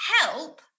help